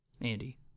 Andy